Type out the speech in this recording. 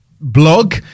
blog